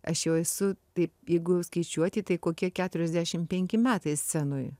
aš jau esu taip jeigu skaičiuoti tai kokie keturiasdešim penki metai scenoj